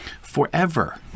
forever